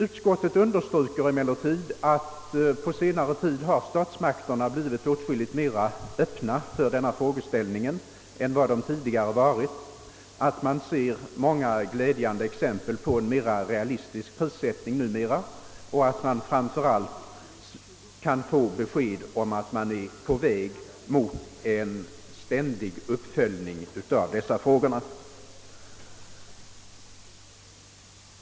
Utskottet understryker emellertid att statsmakterna på senare tid blivit mera öppna för denna frågeställning än tidigare och att det finns glädjande exempel på att en mera realistisk prissättning tillämpas. Framför allt är det tydligt att man är på väg mot en ständig uppföljning av dessa frågor.